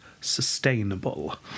sustainable